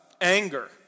anger